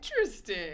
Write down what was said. Interesting